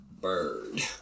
bird